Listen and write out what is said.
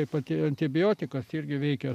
tai pat ir antibiotikas irgi veikia